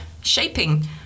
shaping